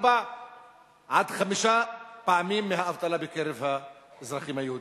פי-ארבעה עד פי-חמישה מהאבטלה בקרב האזרחים היהודים.